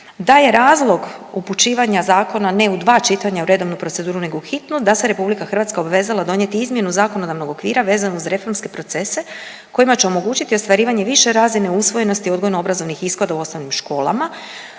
da je razlog upućivanja zakona ne u dva čitanja u redovnu proceduru nego u hitnu da se RH obvezala donijeti izmjenu zakonodavnog okvira veznu uz reformske procese kojima će omogućiti ostvarivanje više razine usvojenosti odgojno-obrazovnih ishoda u osnovnim školama,